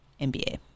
NBA